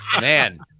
Man